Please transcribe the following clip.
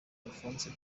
alphonse